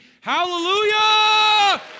Hallelujah